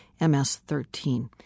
MS-13